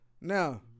Now